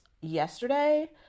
yesterday